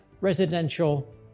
residential